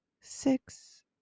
six